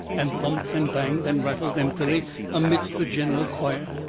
and thumped and banged and rattled emptily amidst the general quiet.